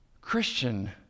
Christian